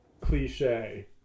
cliche